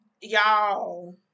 y'all